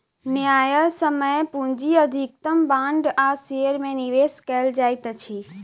न्यायसम्य पूंजी अधिकतम बांड आ शेयर में निवेश कयल जाइत अछि